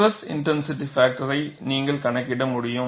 stress intensity factor யை நீங்கள் கணக்கிட முடியும்